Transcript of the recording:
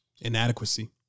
inadequacy